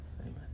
Amen